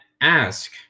ask